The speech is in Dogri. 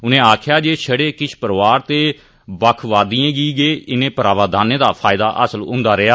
उनें आखेआ जे छड़े किश परोआर ते अलगाववादिएं गी गै इनें प्रावधानें दा फायदा हासल हुंदा रेया